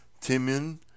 Timon